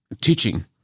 teaching